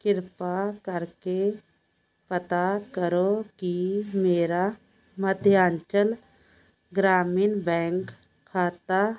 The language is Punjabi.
ਕਿਰਪਾ ਕਰਕੇ ਪਤਾ ਕਰੋ ਕੀ ਮੇਰਾ ਮੱਧਯਾਂਚਲ ਗ੍ਰਾਮੀਣ ਬੈਂਕ ਖਾਤਾ